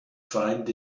find